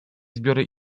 zbiory